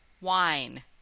wine